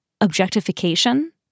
objectification